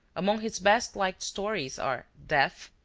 among his best liked stories are death,